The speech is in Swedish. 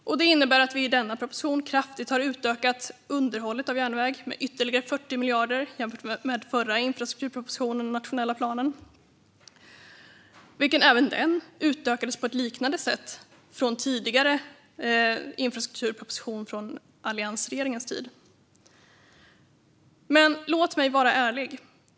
Det innebär i sin tur att vi i denna proposition kraftigt har utökat underhållet för järnväg med ytterligare 40 miljarder jämfört med förra infrastrukturpropositionen och nationella planen, vilken också utökades på liknande sätt från alliansregeringens tidigare infrastrukturproposition. Låt mig dock vara ärlig.